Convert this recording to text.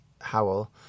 Howell